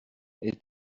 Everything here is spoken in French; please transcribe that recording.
est